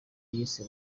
yise